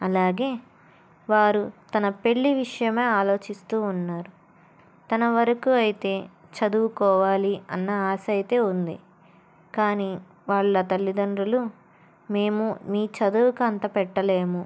అలాగే వారు తన పెళ్ళి విషయమే ఆలోచిస్తూ ఉన్నారు తన వరకు అయితే చదువుకోవాలి అన్న ఆశయితే ఉంది కానీ వాళ్ళ తల్లిదండ్రులు మేము మీ చదువుకంత పెట్టలేము